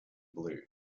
blue